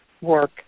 work